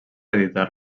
editar